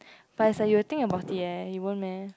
but is like you will think about it eh you won't meh